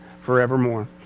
forevermore